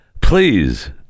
Please